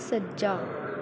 ਸੱਜਾ